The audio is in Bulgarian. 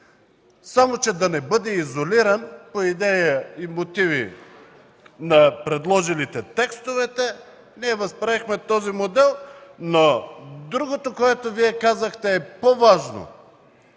Само че да не бъде изолиран, по идея и мотиви на предложилите текстовете, ние възприехме този модел. Другото, което Вие казахте, е по-важно